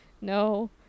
no